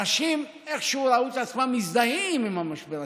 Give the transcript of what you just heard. אנשים איכשהו ראו את עצמם מזדהים עם המשבר הכלכלי.